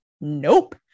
nope